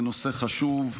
בנושא חשוב,